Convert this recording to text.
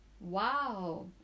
wow